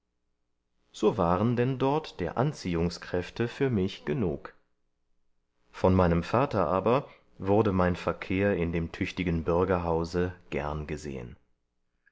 so waren denn dort der anziehungskräfte für mich genug von meinem vater aber wurde mein verkehr in dem tüchtigen bürgerhause gern gesehen